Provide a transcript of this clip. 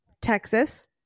texas